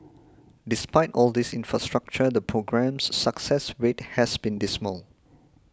despite all this infrastructure the programme's success rate has been dismal